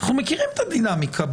אנחנו מכירים את הדינמיקה.